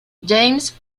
james